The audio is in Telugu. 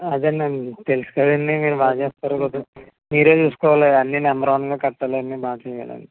అదేనండి తెలుసు కదండీ మీరు బాగా చేస్తారు కొద్దిగా మీరే చూసుకోవాలి అన్ని నంబర్ వన్గా కట్టాలని బాగా చేయాలని